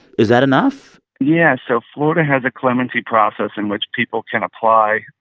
is that enough? yeah, so florida has a clemency process in which people can apply